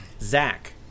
Zach